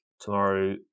tomorrow